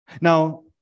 Now